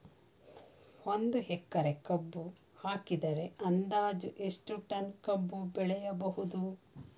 ಒಂದು ಎಕರೆ ಕಬ್ಬು ಹಾಕಿದರೆ ಅಂದಾಜು ಎಷ್ಟು ಟನ್ ಕಬ್ಬು ಬೆಳೆಯಬಹುದು?